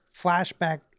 flashback